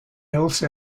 also